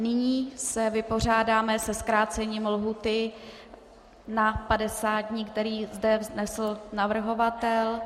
Nyní se vypořádáme se zkrácením lhůty na 50 dní, které zde vznesl navrhovatel.